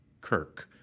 Kirk